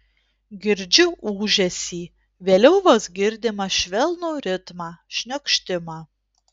girdžiu ūžesį vėliau vos girdimą švelnų ritmą šniokštimą